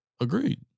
Agreed